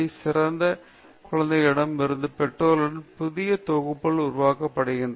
சிறந்த குழந்தைகளிடம் இருந்து பெற்றோர்களின் புதிய தொகுப்புகள் உருவாக்கப்படுகின்றன